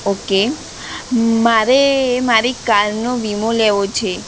okay મારે મારી કારનો વીમો લેવો છે